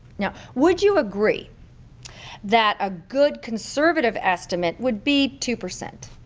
yeah would you agree that a good conservative estimate would be two percent?